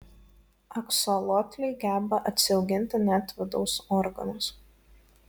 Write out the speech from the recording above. aksolotliai geba atsiauginti net vidaus organus